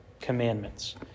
commandments